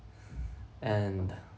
and